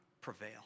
prevail